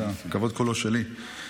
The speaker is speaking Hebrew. הכבוד כולו שלי.